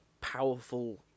powerful